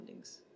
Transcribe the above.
fundings